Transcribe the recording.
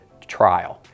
TRIAL